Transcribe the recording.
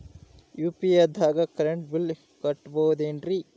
UPI ದಾಗ current bill ಕಟ್ಟಬಹುದೇನ್ರಿ?